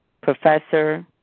Professor